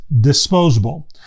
disposable